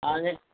ആണ്